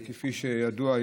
וכפי שידוע,